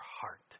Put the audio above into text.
heart